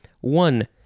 One